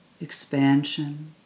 expansion